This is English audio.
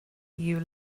you